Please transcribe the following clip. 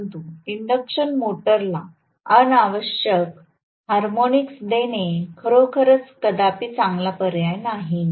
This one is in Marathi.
परंतु इंडक्शन मोटरला अनावश्यक हार्मोनिक्स देणे खरोखरच कदापि चांगला पर्याय नाही